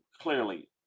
Clearly